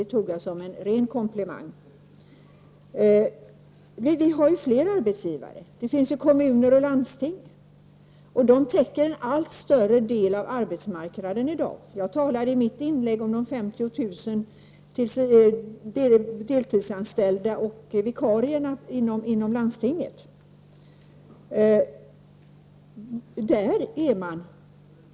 Det tog jag som en ren komplimang. Det finns även andra arbetsgivare. Vi har kommuner och landsting. De täcker i dag en allt större del av arbetsmarknaden. I mitt inlägg talade jag om 50 000 deltidsanställda och vikarier inom landstinget.